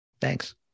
thanks